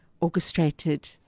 orchestrated